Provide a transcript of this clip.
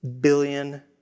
billion